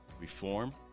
Reform